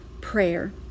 prayer